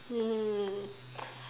mm